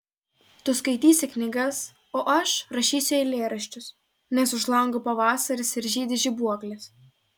tu skaitysi knygas o aš rašysiu eilėraščius nes už lango pavasaris ir žydi žibuoklės